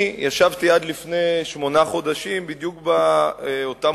אני ישבתי עד לפני שמונה חודשים בדיוק באותם